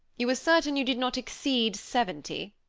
you are certain you did not exceed seventy?